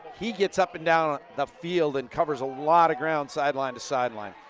he gets up and down the field and covers a lot of ground sideline to sideline.